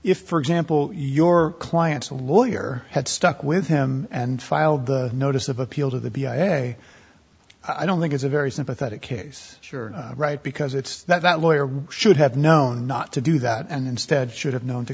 if for example your client's a lawyer had stuck with him and filed the notice of appeal to the b i a i don't think it's a very sympathetic case sure right because it's that lawyer should have known not to do that and instead should have known to